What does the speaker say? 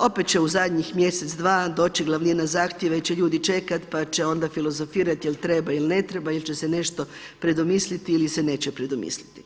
opet će u zadnjih mjesec, dva doći glavnina zahtjeva jer će ljudi čekati, pa će onda filozofirati jel' treba ili ne treba ili će se nešto predomisliti ili se neće predomisliti.